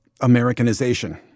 Americanization